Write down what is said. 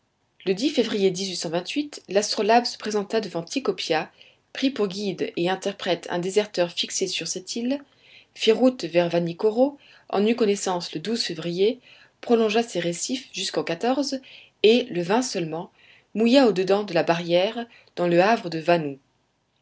le février l'astrolabe se présenta devant tikopia prit pour guide et interprète un déserteur fixé sur cette île fit route vers vanikoro en eut connaissance le février prolongea ses récifs jusqu'au et le seulement mouilla au-dedans de la barrière dans le havre de vanou